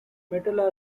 metal